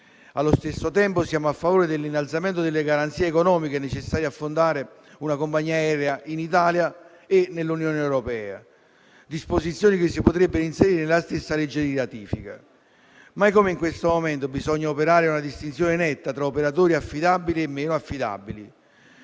Allo stesso tempo siamo a favore dell'innalzamento delle garanzie economiche necessarie a fondare una compagnia aerea in Italia e nell'Unione europea: disposizioni che si potrebbero inserire nella stessa legge di ratifica. Mai come in questo momento bisogna operare una distinzione netta tra operatori affidabili e meno affidabili,